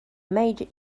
major